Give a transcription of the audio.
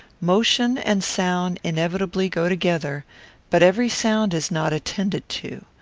motion and sound inevitably go together but every sound is not attended to.